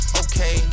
okay